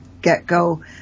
get-go